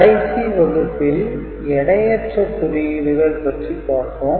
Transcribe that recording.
கடைசி வகுப்பில் எடையற்ற குறியீடுகள் பற்றி பார்த்தோம்